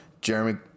Jeremy